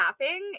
tapping